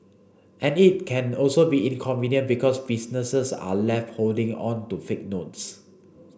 and it can also be inconvenient because businesses are left holding on to fake notes